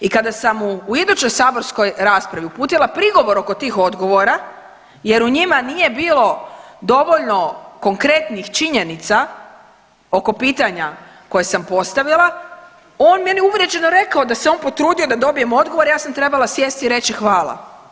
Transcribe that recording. I kada sam mu u idućoj saborskoj raspravi uputila prigovor oko tih odgovora jer u njima nije bilo dovoljno konkretnih činjenica oko pitanja koje sam postavila, on je meni uvrijeđeno rekao da se on potrudio da dobijem odgovor, a ja sam trebala sjesti i reći hvala.